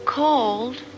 cold